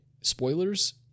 spoilers